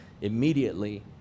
immediately